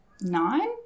Nine